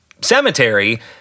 cemetery